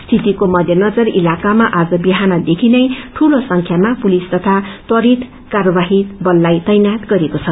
स्थितिको मध्यनजर इलाकामा आज विहानदेखि नै दूलो संख्यामा पुलिस तथा त्वरित कार्यवाही बललाई तैनाथ गरिएको छ